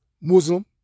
Muslim